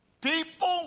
People